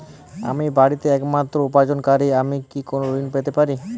আমি বাড়িতে একমাত্র উপার্জনকারী আমি কি কোনো ঋণ পেতে পারি?